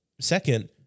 Second